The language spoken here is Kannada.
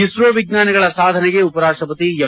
ಇಸ್ರೋ ವಿಜ್ಞಾನಿಗಳ ಸಾಧನೆಗೆ ಉಪರಾಷ್ಟ ಪತಿ ಎಂ